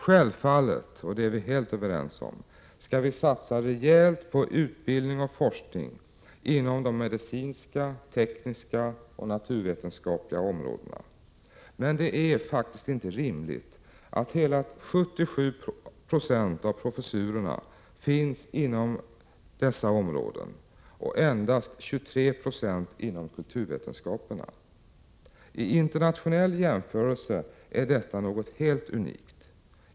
Självfallet skall vi satsa rejält på utbildning och forskning inom de medicinska, tekniska och naturvetenskapliga områdena. Det är vi helt överens om. Men det är faktiskt inte rimligt att hela 77 Jo av professurerna finns inom dessa områden och endast 23 96 inom kulturvetenskaperna. I internationell jämförelse är detta något helt unikt.